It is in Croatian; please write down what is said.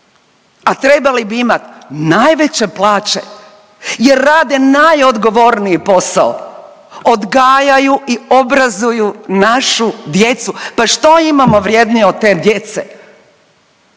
a trebali bi imat najveće plaće jer rade najodgovorniji posao, odgajaju i obrazuju našu djecu, pa što imamo vrijednije od te djece?